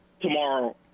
tomorrow